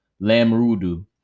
Lamrudu